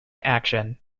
action